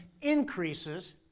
increases